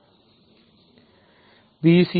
a bc